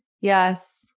yes